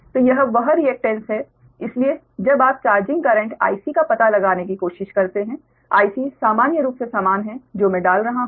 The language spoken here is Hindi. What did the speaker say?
तो यह वह रिएक्टेंस है इसलिए जब आप चार्जिंग करंट Ic का पता लगाने की कोशिश करते हैं Ic सामान्य रूप से समान है जो मैं डाल रहा हूं